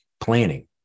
planning